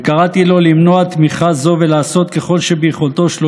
וקראתי לו למנוע תמיכה זו ולעשות כל שביכולתו שלא